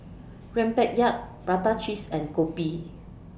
Rempeyek Prata Cheese and Kopi